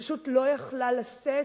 היא פשוט לא היתה יכולה לשאת,